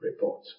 report